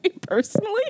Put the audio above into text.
personally